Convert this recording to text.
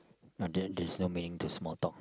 no there's there's no meaning to small talk